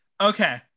okay